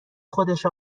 خودش